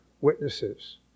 witnesses